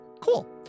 Cool